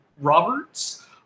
Roberts